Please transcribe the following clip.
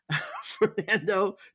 Fernando